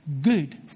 good